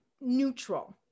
neutral